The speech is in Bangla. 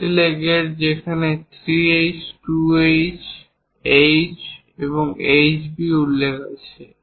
পেন্সিলের গ্রেড যেখানে 3H 2H H এবং HB উল্লেখ আছে